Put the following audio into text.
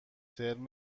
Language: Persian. ترم